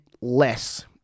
less